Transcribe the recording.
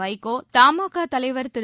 வைகோ தமாகா தலைவர் திரு